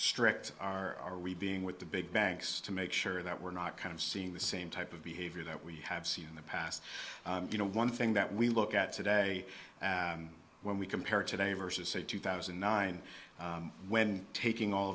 strict are we being with the big banks to make sure that we're not kind of seeing the same type of behavior that we have seen in the past you know one thing that we look at today when we compare today versus say two thousand and nine when taking all